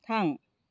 थां